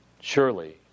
Surely